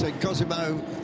Cosimo